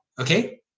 okay